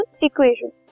equation